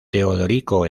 teodorico